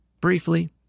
briefly